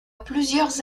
plusieurs